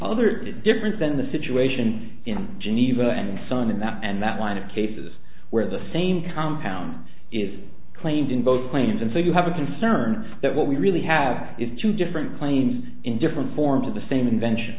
other different than the situation in geneva and sun in that and that line of cases where the same compound is claimed in both planes and so you have a concern that what we really have is two different planes in different forms of the same invention